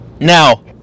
Now